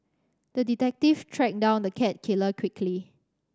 the detective tracked down the cat killer quickly